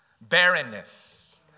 barrenness